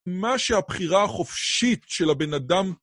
מה שהבחירה החופשית של הבן אדם